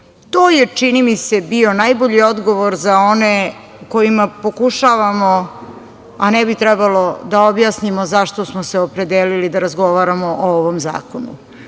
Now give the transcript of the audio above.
je, čini mi se, bio najbolji odgovor za one kojima pokušavamo, a ne bi trebalo, da objasnimo zašto smo se opredelili da razgovaramo o ovom zakonu